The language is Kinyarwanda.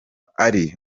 ari